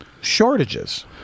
shortages